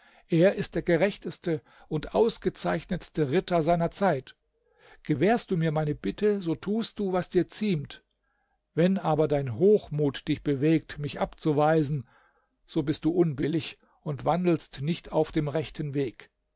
er ist der gerechteste und ausgezeichnetste ritter seiner zeit gewährst du mir meine bitte so tust du was dir ziemt wenn aber dein hochmut dich bewegt mich abzuweisen so bist du unbillig und wandelst nicht auf dem rechten weg